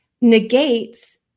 negates